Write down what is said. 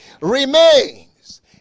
remains